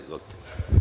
Izvolite.